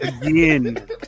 again